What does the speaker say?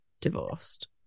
divorced